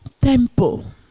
temple